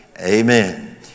Amen